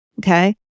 Okay